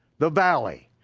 the valley.